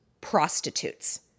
prostitutes